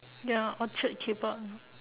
ya orchard keep out ya